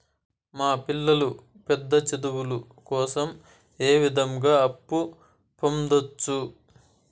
మా పిల్లలు పెద్ద చదువులు కోసం ఏ విధంగా అప్పు పొందొచ్చు?